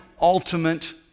ultimate